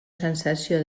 sensació